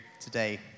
today